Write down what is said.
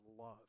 love